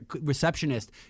receptionist